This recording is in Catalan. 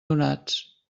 donats